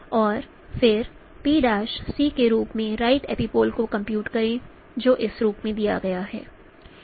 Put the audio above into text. और फिर PC के रूप में राइट एपिपोल को कंप्यूट करें जो इस रूप में दिया गया है